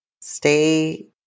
stay